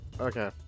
Okay